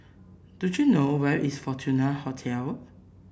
do you know where is Fortuna Hotel